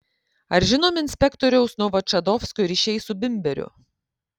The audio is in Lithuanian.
ar žinomi inspektoriaus novočadovskio ryšiai su bimberiu